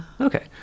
Okay